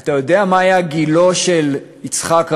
אתה יודע מה היה גילו של יצחק רבין,